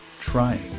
trying